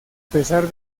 pesar